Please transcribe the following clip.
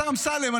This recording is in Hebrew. השר אמסלם,